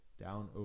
down